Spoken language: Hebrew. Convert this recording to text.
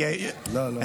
לא, לא.